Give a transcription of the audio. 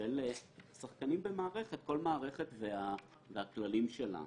של שחקנים במערכת, כל מערכת והכללים שלה.